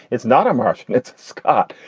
it's not emersion, it's scott.